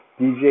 DJ